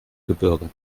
gebirge